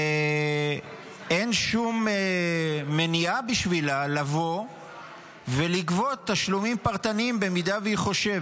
ואין שום מניעה בשבילה לבוא ולקבוע תשלומים פרטניים במידה והיא חושבת.